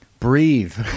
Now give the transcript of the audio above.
breathe